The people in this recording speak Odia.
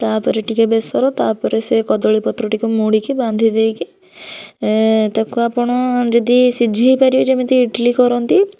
ତା ପରେ ଟିକେ ବେସର ତା ପରେ ସେ କଦଳୀ ପତ୍ର ଟିକେ ମୋଡ଼ିକି ବାନ୍ଧି ଦେଇକି ତାକୁ ଆପଣ ଯଦି ସିଝାଇ ପାରିବେ ଯେମିତି ଇଟିଲି କରନ୍ତି